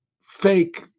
fake